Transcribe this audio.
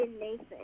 Nathan